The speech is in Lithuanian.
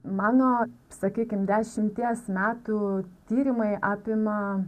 mano sakykim dešimties metų tyrimai apima